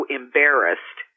embarrassed